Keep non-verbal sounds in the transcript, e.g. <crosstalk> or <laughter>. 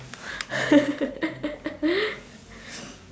<laughs>